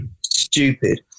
stupid